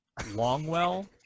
Longwell